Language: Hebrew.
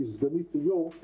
שהיא סגנית היו"ר.